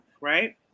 right